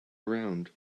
around